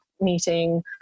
meeting